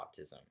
autism